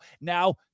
Now